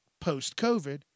Post-COVID